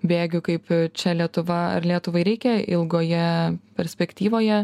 bėgių kaip čia lietuva ar lietuvai reikia ilgoje perspektyvoje